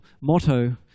motto